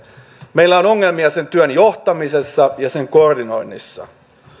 meillä on ongelmia sen työn johtamisessa ja sen koordinoinnissa